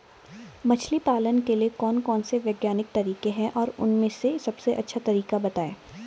मछली पालन के लिए कौन कौन से वैज्ञानिक तरीके हैं और उन में से सबसे अच्छा तरीका बतायें?